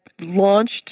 launched